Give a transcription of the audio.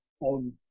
on